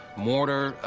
mortar,